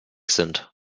sind